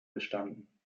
gestanden